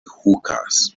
hookahs